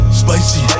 spicy